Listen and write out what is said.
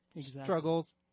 struggles